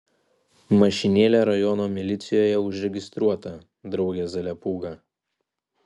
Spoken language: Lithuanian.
mašinėlė rajono milicijoje užregistruota drauge zaliapūga